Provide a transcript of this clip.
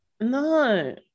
no